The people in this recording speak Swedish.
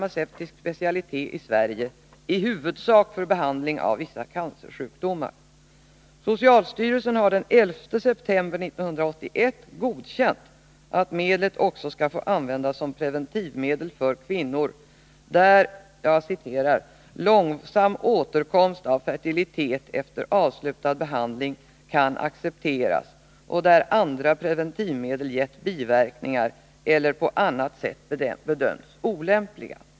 Sverige i huvudsak för behandling av vissa cancersjukdomar. Socialstyrelsen har den 11 september 1981 godkänt att medlet också skall få användas som preventivmedel för kvinnor ”där långsam återkomst av fertilitet efter avslutad behandling kan accepteras och där andra preventivmedel gett biverkningar eller på annat sätt bedömts olämpliga”.